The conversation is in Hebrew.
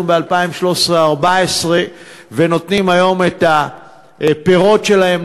ב-2013 2014 ונותנים היום את הפירות שלהם,